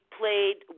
played